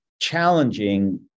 challenging